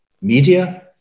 Media